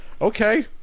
Okay